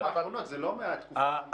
הרעיון הזה לא מהתקופה --- זה מה שאני אומר.